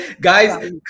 guys